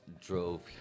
drove